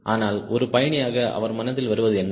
ஆனால் ஒரு பயணியாக அவர் மனதில் வருவது என்ன